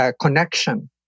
connection